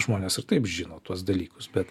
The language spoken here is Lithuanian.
žmonės ir taip žino tuos dalykus bet